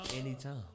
Anytime